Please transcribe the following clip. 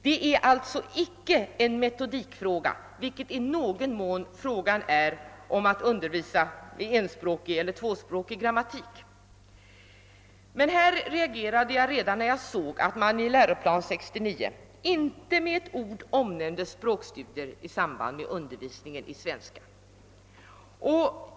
Det är alltså inte en metodikfråga, vilket i någon mån frågan är om att undervisa t.ex. med enspråkig eller tvåspråkig grammatik. Jag reagerade redan när jag såg allt man i läroplan 69 inte med ett ord nämnde språkstudier i samband med undervisningen i svenska.